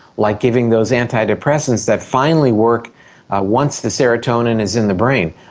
like giving those antidepressants that finally work once the serotonin is in the brain.